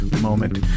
moment